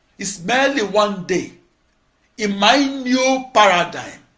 is merely one day in my new paradigm